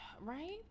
Right